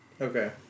Okay